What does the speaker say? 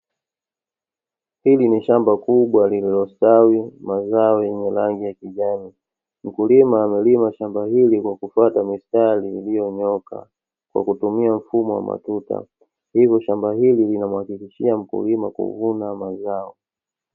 Hili ni shamba kubwa lililostawi mazao yenye rangi ya kijani. Mkulima amelima shamba hili kwa kufwata mistari iliyonyooka kwa kutumia mfumo wa matuta, hivyo shamba hili linamuhakikishia mkulima kuvuna mazao.